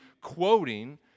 quoting